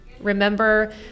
Remember